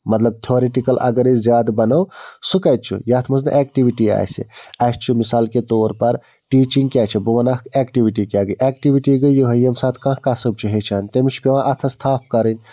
مطلب تھیٛورِٹِکَل اگر أسۍ زیادٕ بَنو سُہ کَتہِ چھُ یَتھ منٛز نہٕ ایٚکٹیٛوٗٹی آسہِ اَسہِ چھُ مِثال کے طور پَر ٹیٖچنٛگ کیٛاہ چھِ بہٕ وَنہٕ اکھ ایکٹیٛوٗٹی کیٛاہ گٔے ایٚکٹیٛوٗٹی گٔے یِہَے ییٚمہِ ساتہٕ کانٛہہ قصب چھُ ہیچھان تٔمِس چھِ پی۪وان اَتھس تھپھ کَرٕنۍ